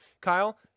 Kyle